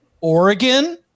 Oregon